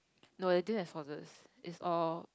no it didn't have sauces is all